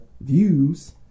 views